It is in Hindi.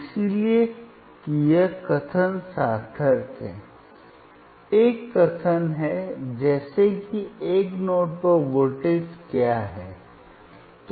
इसलिए कि यह कथन सार्थक है एक कथन है जैसे कि एक नोड पर वोल्टेज क्या है